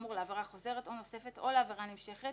האמור לעבירה חוזרת או נוספת או לעבירה נמשכת